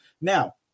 Now